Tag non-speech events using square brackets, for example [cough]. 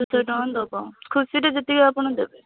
[unintelligible] ଖୁସିରେ ଯେତିକି ଆପଣ ଦେବେ